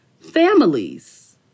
families